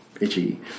itchy